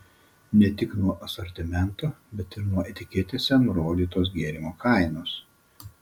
ne tik nuo asortimento bet ir nuo etiketėse nurodytos gėrimo kainos